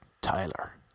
Tyler